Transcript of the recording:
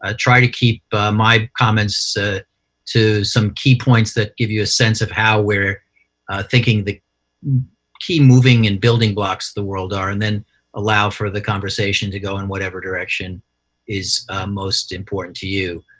ah try to keep my comments ah to some key points that give you a sense of how we're thinking the key moving and building blocks of the world are, and then allow for the conversation to go in whatever direction is most important to you.